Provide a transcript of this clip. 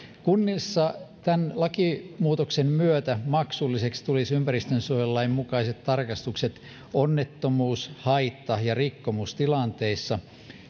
kunnissa tämän lakimuutoksen myötä maksulliseksi tulisivat ympäristönsuojelulain mukaiset tarkastukset onnettomuus haitta ja rikkomustilanteissa